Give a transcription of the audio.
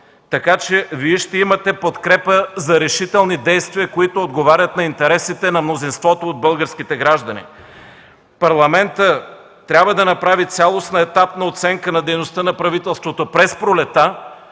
така че Вие ще имате подкрепа за решителни действия, които отговарят на интересите на мнозинството от българските граждани. Парламентът трябва да направи цялостна етапна оценка на дейността на правителството през пролетта,